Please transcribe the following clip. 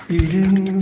Eating